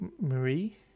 Marie